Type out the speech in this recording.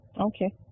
Okay